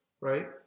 right